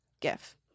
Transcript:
gif